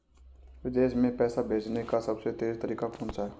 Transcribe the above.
विदेश में पैसा भेजने का सबसे तेज़ तरीका कौनसा है?